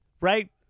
Right